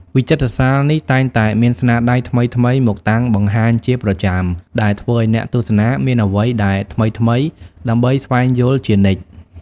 វិចិត្រសាលនេះតែងតែមានស្នាដៃថ្មីៗមកតាំងបង្ហាញជាប្រចាំ ដែលធ្វើឲ្យអ្នកទស្សនាមានអ្វីដែលថ្មីៗដើម្បីស្វែងយល់ជានិច្ច។